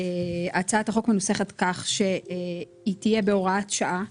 הצעת החוק מנוסחת כך, שהיא תהיה בהוראת שעה